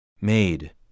made